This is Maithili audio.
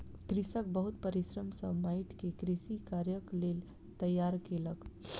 कृषक बहुत परिश्रम सॅ माइट के कृषि कार्यक लेल तैयार केलक